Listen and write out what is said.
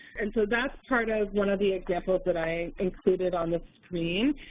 and so that's part of one of the examples that i included on the screen,